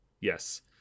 Yes